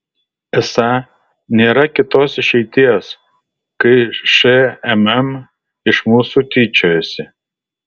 esą nėra kitos išeities kai šmm iš mūsų tyčiojasi